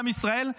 בעם ישראל,